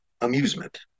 amusement